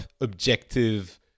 objective